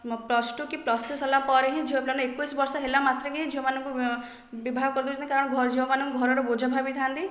plus two କି plus three ସରିଲା ପରେ ହିଁ ଝିଅ ପିଲାଙ୍କୁ ଏକୋଇଶ ବର୍ଷ ହେଲା ମାତ୍ରେ ହିଁ ଝିଅ ମାନଙ୍କୁ ବିବାହ କରି ଦଉଛନ୍ତି କାରଣ ଘର ଝିଅ ମାନଙ୍କୁ ଘରର ବୋଝ ଭାବିଥାନ୍ତି